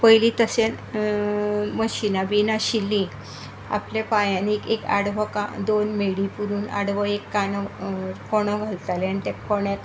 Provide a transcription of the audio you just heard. पयलीं तशें मशीनां बी नाशिल्लीं आपल्या पायानी एक आडवो दोन मेडी पुरोन आडवो एक काणूक कोणो घालताले आनी ते कोण्याक